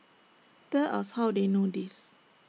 tell us how they know this